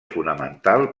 fonamental